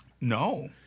No